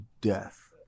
death